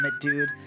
dude